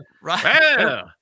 Right